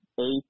eight